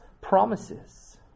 promises